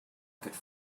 could